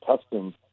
testing